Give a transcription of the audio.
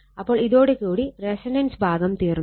അപ്പോൾ ഇതോട് കൂടി റെസൊണൻസ് ഭാഗം തീർന്നു